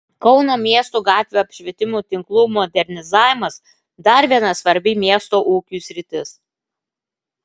kauno miesto gatvių apšvietimo tinklų modernizavimas dar viena svarbi miesto ūkiui sritis